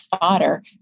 fodder